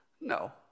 No